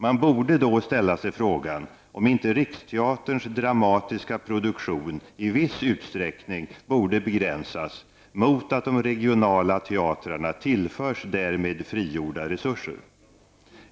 Man borde då ställa sig frågan om inte Riksteaterns dramatiska produktion i viss utsträckning borde begränsas mot att de regionala teatrarna tillförs därmed frigjorda resurser.